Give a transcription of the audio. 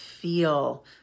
feel